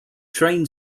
train